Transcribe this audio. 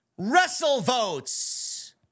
WrestleVotes